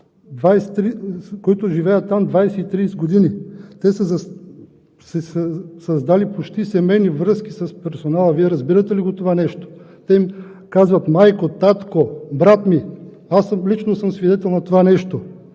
които живеят там 20 – 30 години. Те са създали почти семейни връзки с персонала. Вие разбирате ли го това нещо?! Те им казват майко, татко, брат ми. Аз лично съм свидетел на това нещо.